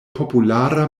populara